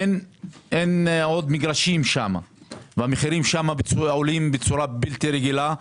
אין עוד מגרשים שם והמחירים שם עולים בצורה בלתי רגילה.